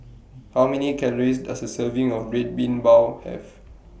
How Many Calories Does A Serving of Red Bean Bao Have